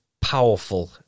powerful